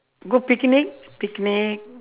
go picnic picnic